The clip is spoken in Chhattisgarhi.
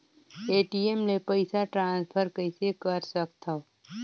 ए.टी.एम ले पईसा ट्रांसफर कइसे कर सकथव?